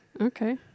Okay